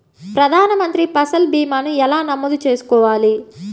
ప్రధాన మంత్రి పసల్ భీమాను ఎలా నమోదు చేసుకోవాలి?